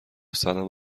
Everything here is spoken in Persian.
سلام